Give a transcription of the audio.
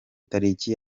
tariki